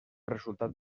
resultat